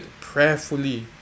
prayerfully